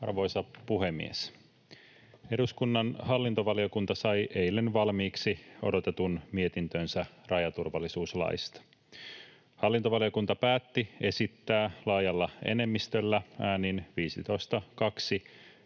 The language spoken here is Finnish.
Arvoisa puhemies! Eduskunnan hallintovaliokunta sai eilen valmiiksi odotetun mietintönsä rajaturvallisuuslaista. Hallintovaliokunta päätti esittää laajalla enemmistöllä äänin 15—2